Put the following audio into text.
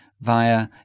via